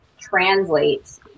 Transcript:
translate